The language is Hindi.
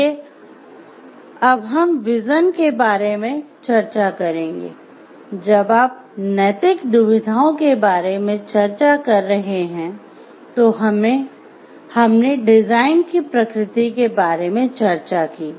इसलिए अब हम विज़न के बारे में चर्चा करेंगे जब आप नैतिक दुविधाओं के बारे में चर्चा कर रहे हैं तो हमने डिजाइन की प्रकृति के बारे में चर्चा की